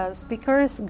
speakers